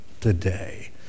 today